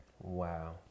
Wow